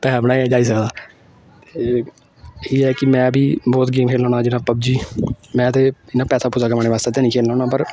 पैसा बनाया जाई सकदा ते एह् ऐ कि में बी बहुत गेम खेलना होन्ना जियां पबजी में ते इ'यां पैसा पूसा कमाने बास्तै ते नेईंं खेलना होन्ना पर